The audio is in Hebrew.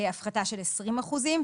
הפחתה של 20 אחוזים.